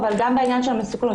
אבל גם בעניין של המסוכנות,